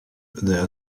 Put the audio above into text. there